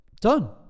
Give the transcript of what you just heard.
Done